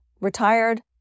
Retired